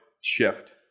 shift